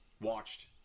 watched